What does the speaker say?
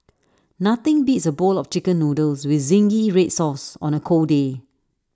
nothing beats A bowl of Chicken Noodles with Zingy Red Sauce on A cold day